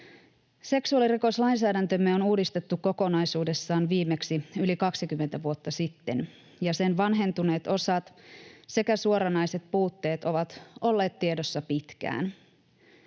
Seksuaalirikoslainsäädäntömme on uudistettu kokonaisuudessaan viimeksi yli 20 vuotta sitten, ja sen vanhentuneet osat sekä suoranaiset puutteet ovat olleet tiedossa pitkään.